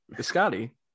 Scotty